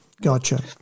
gotcha